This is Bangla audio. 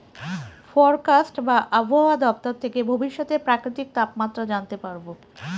ফরকাস্ট বা আবহাওয়া দপ্তর থেকে ভবিষ্যতের প্রাকৃতিক তাপমাত্রা জানতে পারবো